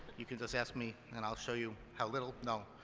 you can just ask me and i'll show you how little no.